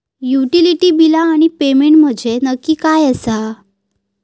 Utility बिला आणि payment म्हंजे नक्की काय आसा?